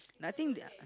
I think their